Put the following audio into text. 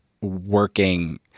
working